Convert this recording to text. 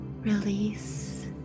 Release